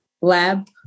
lab